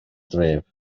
dref